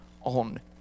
on